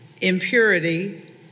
impurity